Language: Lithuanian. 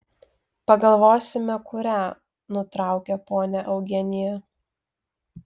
pagalvosime kurią nutraukė ponia eugenija